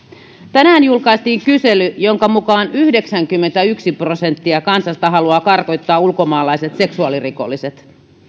tänään julkaistiin kysely jonka mukaan yhdeksänkymmentäyksi prosenttia kansasta haluaa karkottaa ulkomaalaiset seksuaalirikolliset